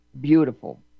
beautiful